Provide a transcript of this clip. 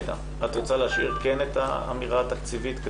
את כן רוצה להשאיר את האמירה התקציבית,